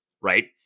right